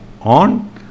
on